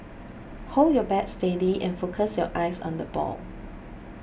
hold your bat steady and focus your eyes on the ball